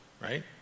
right